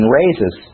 raises